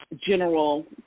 general